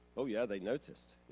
oh yeah, they noticed,